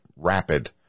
Rapid